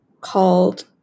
called